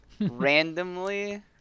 randomly